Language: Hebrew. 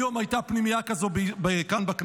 היום הייתה פנימייה כזאת כאן, בכנסת.